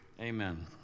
Amen